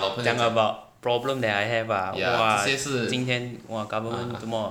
讲 about problems that I have ah !wah! 今天 !wah! government 做么